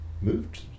moved